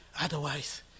Otherwise